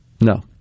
No